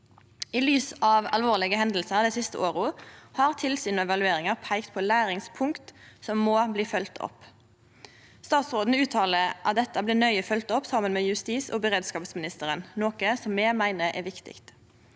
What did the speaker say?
I lys av alvorlege hendingar dei siste åra har tilsyn og evalueringar peikt på læringspunkt som må bli følgde opp. Statsråden uttaler at dette blir nøye følgt opp saman med justis- og beredskapsministeren, noko me meiner er viktig.